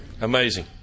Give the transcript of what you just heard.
Amazing